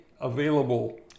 available